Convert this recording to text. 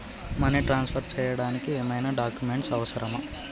Money transfer చేయడానికి ఏమైనా documents అవసరమా?